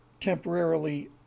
temporarily